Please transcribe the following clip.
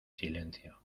silencio